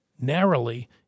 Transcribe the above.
narrowly